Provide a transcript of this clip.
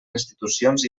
institucions